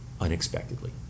unexpectedly